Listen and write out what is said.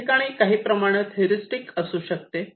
या ठिकाणी काही प्रमाणात हेरिस्टिक्स असू शकते